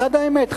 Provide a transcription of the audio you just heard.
מצד האמת,